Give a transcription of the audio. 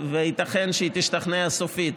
וייתכן שהיא תשתכנע סופית.